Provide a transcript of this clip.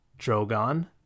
Drogon